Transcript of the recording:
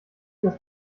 das